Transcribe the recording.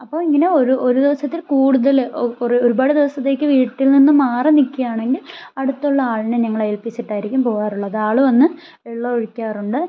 അപ്പം ഇങ്ങനെ ഒരു ഒരു ദിവസത്തിൽ കൂടുതൽ ഒരു ഒരുപാട് ദിവസത്തേക്ക് വീട്ടിൽ നിന്ന് മാറി നിക്കണമെങ്കിൽ അടുത്തുള്ള ആളിനെ ഞങ്ങൾ ഏൽപ്പിച്ചിട്ടായിരിക്കും പോവാറുള്ളത് ആൾ വന്ന് വെള്ളം ഒഴിക്കാറുണ്ട്